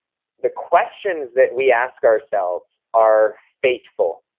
the questions that we ask ourselves are fateful.